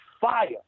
fire